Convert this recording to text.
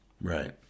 Right